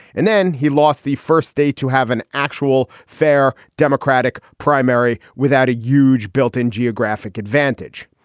and then he lost the first state to have an actual fair democratic primary without a huge built in geographic advantage.